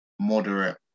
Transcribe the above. moderate